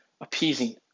appeasing